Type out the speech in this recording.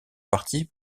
partie